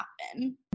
happen